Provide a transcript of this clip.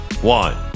one